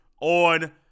On